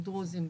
דרוזים,